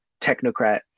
technocrat